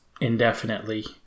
indefinitely